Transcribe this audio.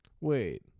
Wait